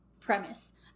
premise